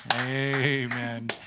Amen